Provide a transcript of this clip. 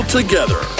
together